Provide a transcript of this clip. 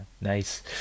nice